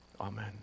Amen